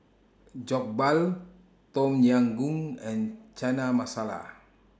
Jokbal Tom Yam Goong and Chana Masala